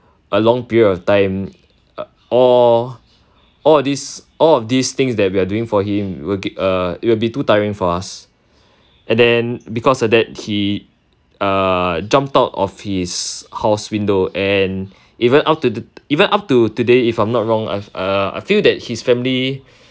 a long period of time uh all of this all of these things that we are doing for him will err it will be too tiring for us and then because of that he uh jumped out of his house window and even up t~ even up to today if I'm not wrong lah uh I feel that his family